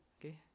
Okay